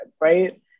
right